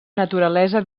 naturalesa